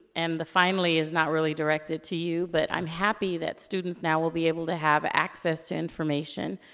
and the finally is not really directed to you, but i'm happy that students now will be able to have access to information.